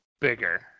bigger